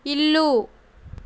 ఇల్లు